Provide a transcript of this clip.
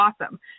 awesome